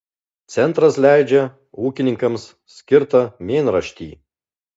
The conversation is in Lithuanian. centras leidžia ūkininkams skirtą mėnraštį